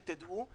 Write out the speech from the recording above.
שתדעו,